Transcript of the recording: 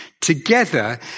together